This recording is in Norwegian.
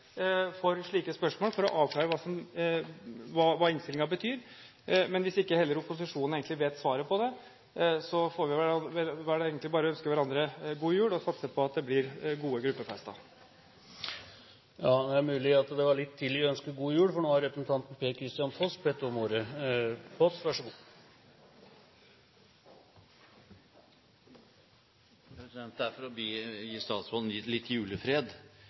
for slike spørsmål – for å avklare hva innstillingen betyr. Men hvis heller ikke opposisjonen egentlig vet svaret på det, får vi vel egentlig bare ønske hverandre god jul og satse på at det blir gode gruppefester. Det er mulig det var litt tidlig å ønske god jul, for nå har representanten Per-Kristian Foss bedt om ordet. Det er for å gi statsråden litt julefred.